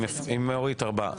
עם אורית ארבעה.